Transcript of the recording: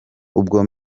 ubwo